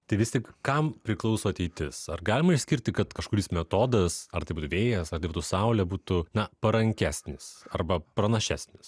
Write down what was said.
tai vis tik kam priklauso ateitis ar galima išskirti kad kažkuris metodas ar tai būtų vėjas ar tai būtų saulė būtų na parankesnis arba pranašesnis